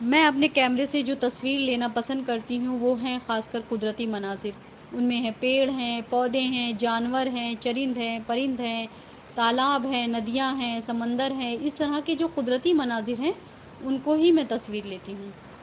میں اپنے کیمرے سے جو تصویر لینا پسند کرتی ہوں وہ ہیں خاص کر قدرتی مناظر ان میں ہیں پیڑ ہیں پودے ہیں جانور ہیں چرند ہیں پرند ہیں تالاب ہیں ندیاں ہیں سمندر ہیں اس طرح کے جو قدرتی مناظر ہیں ان کو ہی میں تصویر لیتی ہوں